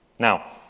Now